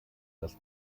das